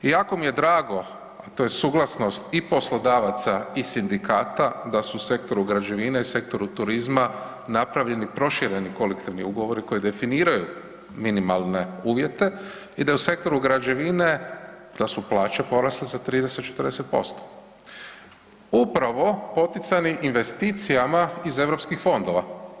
I jako mi je drago što je suglasnost i poslodavaca i sindikata da su u sektoru građevine i sektoru turizma napravili prošireni kolektivni ugovor koji definiraju minimalne uvjete i da je u sektoru građevine, da su plaće porasle za 30, 40% upravo poticani investicijama iz Europskih fondova.